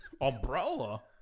Umbrella